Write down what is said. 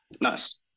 nice